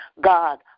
God